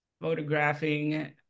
photographing